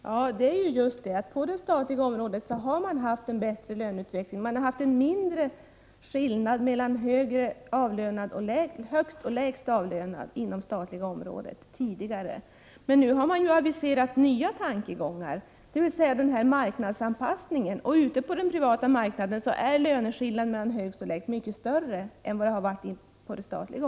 Herr talman! Ja, det är just det: på det statliga området har man haft en bättre löneutveckling med en mindre skillnad mellan högst och lägst avlönad — tidigare. Men nu har det aviserats nya tankegångar, om marknadsanpassning. Ute på den privata marknaden är skillnaden mellan högst och lägst avlönad mycket större.